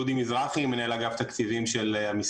דודי מזרחי, מנהל אגף תקציבים של המשרד.